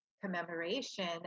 commemoration